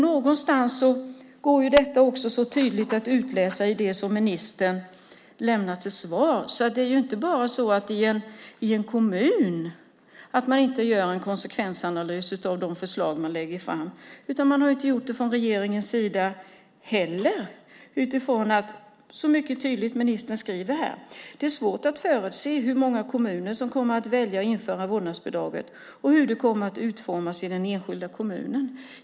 Någonstans går detta också tydligt att utläsa ur ministerns svar. Det är ju inte bara i kommunen man inte har gjort någon konsekvensanalys, utan man har inte gjort det i regeringen heller. Ministern säger mycket tydligt i svaret: "Det är svårt att förutse hur många kommuner som kommer att välja att införa vårdnadsbidrag och hur det kommer att utformas i den enskilda kommunen."